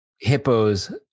hippos